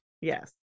yes